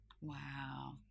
Wow